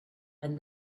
and